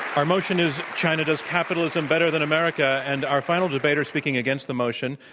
our motion is, china does capitalism better than america. and our final debater speaking against the motion,